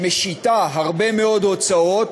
שמשיתה הרבה מאוד הוצאות,